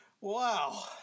Wow